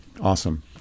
Awesome